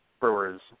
brewers